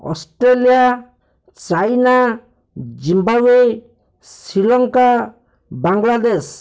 Australia China Zimbabwe Sri Lanka Bangladesh